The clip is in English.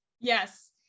Yes